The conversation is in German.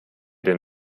den